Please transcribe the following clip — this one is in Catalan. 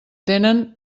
tenen